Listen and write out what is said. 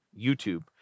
YouTube